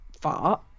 fart